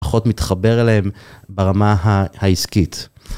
פחות מתחבר אליהם ברמה ה.. העסקית.